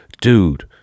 dude